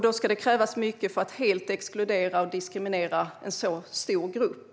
Då ska det krävas mycket för att helt exkludera och diskriminera en så stor grupp.